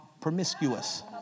promiscuous